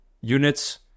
units